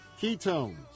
ketones